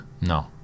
no